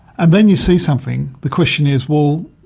and then you see something, the question is, well,